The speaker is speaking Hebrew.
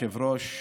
אדוני היושב-ראש,